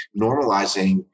normalizing